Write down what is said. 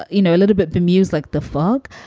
you know, a little bit bemused like the fog.